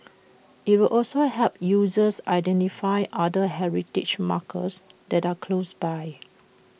IT will also help users identify other heritage markers that are close by